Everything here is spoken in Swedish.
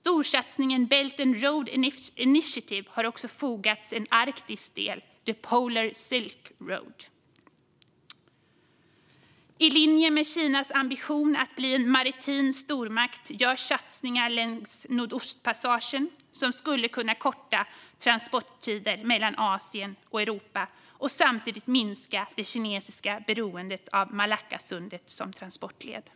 storsatsningen Belt and Road Initiative har det också fogats en arktisk del, The Polar Silk Road. I linje med Kinas ambition att bli en maritim stormakt görs satsningar längs Nordostpassagen. Det skulle kunna korta transporttider mellan Asien och Europa och samtidigt minska det kinesiska beroendet av Malackasundet som transportled.